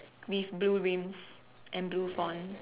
with blue rims and blue font